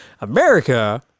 America